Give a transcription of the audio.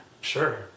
Sure